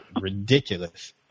ridiculous